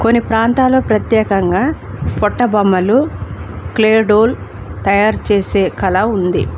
కొన్ని ప్రాంతల్లో ప్రత్యేకంగా పొట్ట బొమ్మలు క్లే డాల్ తయారు చేసే కళ ఉంది